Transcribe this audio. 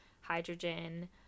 hydrogen